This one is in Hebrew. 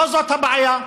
לא זאת הבעיה.